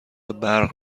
برق